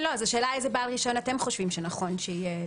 השאלה איזה בעל רישיון אתם חושבים שנכון שיהיה.